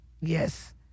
Yes